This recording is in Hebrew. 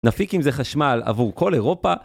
נפיק עם זה חשמל עבור כל אירופה